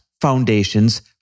Foundations